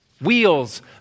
Wheels